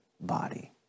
body